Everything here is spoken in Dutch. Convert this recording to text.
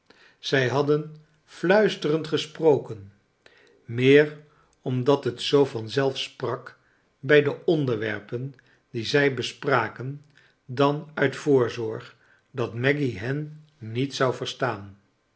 zij hadden fluisterend gesproken meer amdat het zoo van zelf sprak bij de onderwerpen die zij bespraken dan uit voorzorg dat maggy hen niet zou verstaan